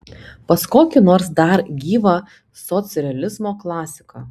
pas kokį nors dar gyvą socrealizmo klasiką